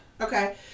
Okay